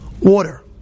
Water